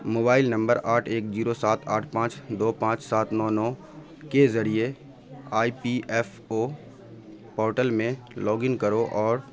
mobile number آٹھ ایک zero سات آٹھ پانچ دو پانچ سات نو نو کے ذریعے I P F O portal میں لاگ ان کرو اور